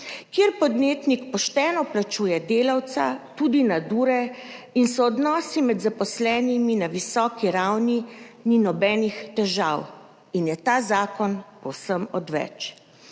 Kjer podjetnik pošteno plačuje delavca tudi nadure in so odnosi med zaposlenimi na visoki ravni, ni nobenih težav in je ta zakon povsem odveč.